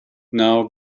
now